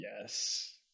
Yes